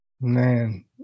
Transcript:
man